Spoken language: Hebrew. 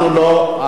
אנחנו לא,